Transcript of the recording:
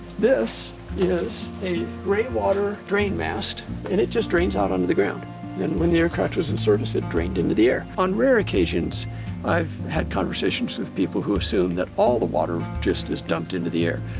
this is a gray water drain mast and it just drains out onto the ground and when the aircraft was in service it drained into the air. on rare occasions i've had conversations with people who assume that all the water just is dumped into the air.